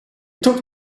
took